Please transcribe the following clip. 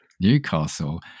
Newcastle